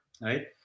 Right